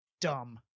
dumb